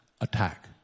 attack